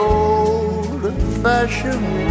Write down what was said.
old-fashioned